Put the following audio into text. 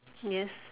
yes